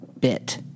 bit